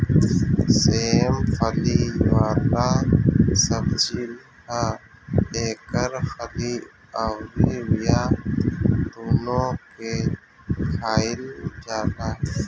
सेम फली वाला सब्जी ह एकर फली अउरी बिया दूनो के खाईल जाला